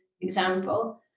example